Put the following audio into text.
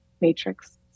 matrix